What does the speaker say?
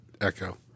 Echo